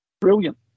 Brilliant